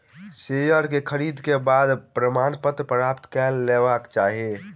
share के खरीद के बाद प्रमाणपत्र प्राप्त कय लेबाक चाही